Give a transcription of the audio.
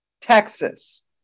Texas